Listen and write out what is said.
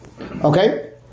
Okay